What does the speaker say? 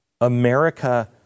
America